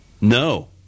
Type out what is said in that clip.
No